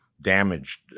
damaged